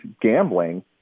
gambling